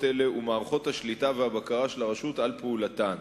אלה ומערכות השליטה והבקרה של הרשות על פעולתן.